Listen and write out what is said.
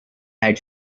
had